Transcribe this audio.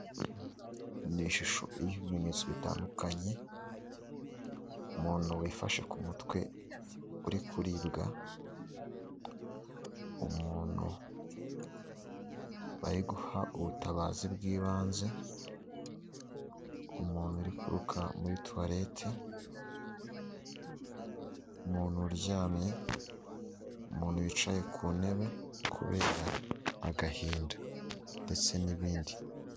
Ni ishusho y'ibimenyetso bitandukanye; umuntu wifashe ku mutwe uri kuribwa, umuntu bayi guha ubutabazi bw'ibanze, umuntu uri kuruka muri tuwarete, umuntu uryamye, umuntu wicaye ku ntebe kubera agahinda ndetse n'ibindi.